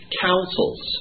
councils